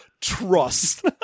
Trust